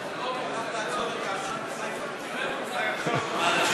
הלך לעצור את הזיהום בחיפה בגופו.